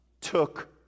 took